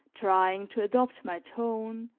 trying to adopt my tone,